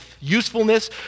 usefulness